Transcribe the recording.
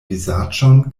vizaĝon